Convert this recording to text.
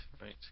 right